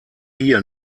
hier